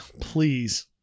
Please